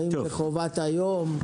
האם זה חובת היום?